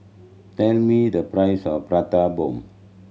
tell me the price of Prata Bomb